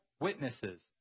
witnesses